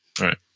Right